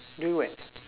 do what